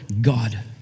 God